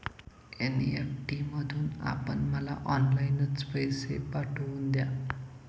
NEFT मधून आपण मला ऑनलाईनच पैसे पाठवून द्या